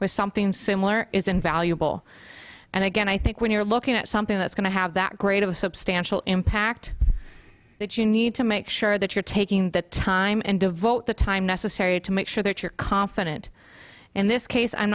was something similar is invaluable and again i think when you're looking at something that's going to have that great of a substantial impact that you need to make sure that you're taking the time and devote the time necessary to make sure that you're confident in this case i'm